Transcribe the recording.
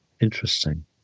Interesting